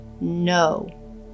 no